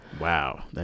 Wow